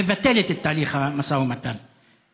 מבטלת את תהליך המשא ומתן,